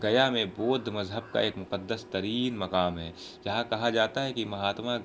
گیا میں بوددھ مذہب کا ایک مقدس ترین مقام ہے جہاں کہا جاتا ہے کہ مہاتما